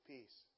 Peace